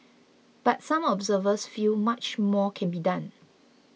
but some observers feel much more can be done